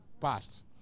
passed